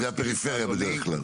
שזה הפריפריה בדרך כלל.